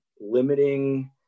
limiting